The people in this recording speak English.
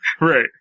Right